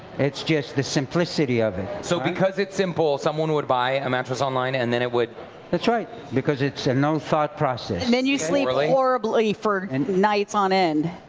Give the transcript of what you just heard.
it's just the simplicity of it. so because it's simple, someone would buy a mattress online and then it would that's right. because it's a no-thought then you sleep horribly for and nights on end.